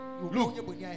Look